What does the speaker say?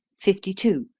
fifty two.